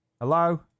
Hello